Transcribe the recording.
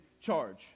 charge